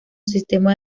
sistema